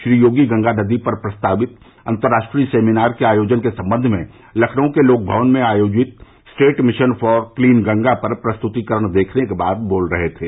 श्री योगी गंगा नदी पर प्रस्तावित अंतर्राश्ट्रीय सेमिनार के आयोजन के संबंध में लखनऊ के लोकभवन में आयोजित state mission for clean Ganga पर प्रस्तुतिकरण देखने के बाद बोल रहे थे